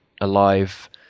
alive